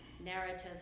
narrative